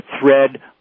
thread